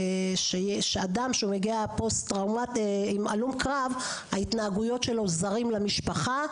שלאדם הלום קרב יהיו ההתנהגויות אשר יהיו זרות למשפחה.